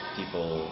people